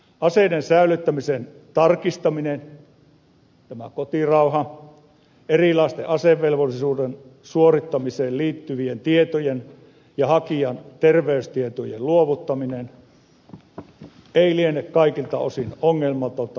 aseiden säilyttämisen tarkistaminen tämä kotirauha erilaisten asevelvollisuuden suorittamiseen liittyvien tietojen ja hakijan terveystietojen luovuttaminen ei liene kaikilta osin ongelmatonta perustuslakimme kannalta